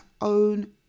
own